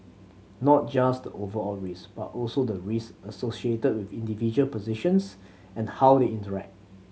not just the overall risk but also the risk associated with individual positions and how they interact